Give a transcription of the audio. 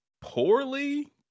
poorly